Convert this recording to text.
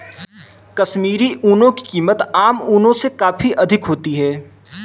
कश्मीरी ऊन की कीमत आम ऊनों से काफी अधिक होती है